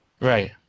Right